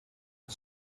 the